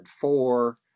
four